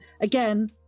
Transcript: Again